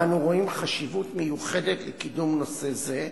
ואנו רואים חשיבות מיוחדת בקידום נושא זה,